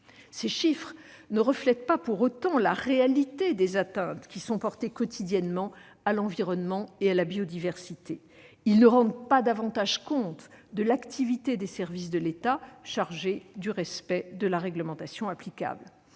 Ces chiffres ne reflètent pas pour autant la réalité des atteintes qui sont portées quotidiennement à l'environnement et à la biodiversité. Ils ne rendent pas davantage compte de l'activité des services de l'État chargés du respect de la réglementation applicable.